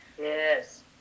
Yes